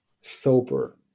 sober